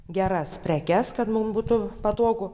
geras prekes kad mum būtų patogu